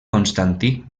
constantí